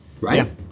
Right